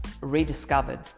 rediscovered